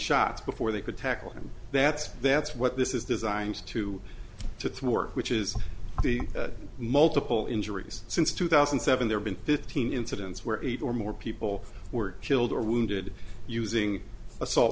shots before they could tackle him that's that's what this is designed to to work which is the multiple injuries since two thousand and seven there been fifteen incidents where eight or more people were killed or wounded using assault